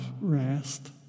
rest